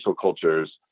cultures